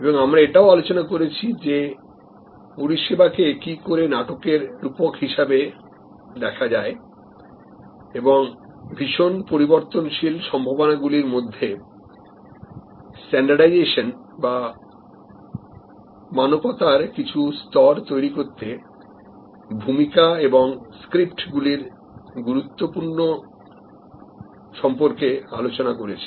এবং আমরা এটাও আলোচনা করেছি যে পরিষেবা কে কি করে নাটকের রূপক হিসাবে দেখা যায় এবং ভীষণ পরিবর্তনশীল সম্ভাবনা গুলির মধ্যে standardization বা মানকতার কিছু স্তর তৈরি করতে ভূমিকা এবং স্ক্রিপ্টগুলির গুরুত্ব সম্পর্কে আলোচনা করেছি